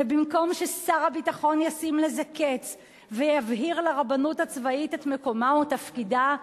ובמקום ששר הביטחון ישים לזה קץ ויבהיר לרבנות הצבאית את מקומה ותפקידה,